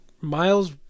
Miles